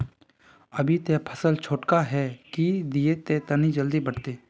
अभी ते फसल छोटका है की दिये जे तने जल्दी बढ़ते?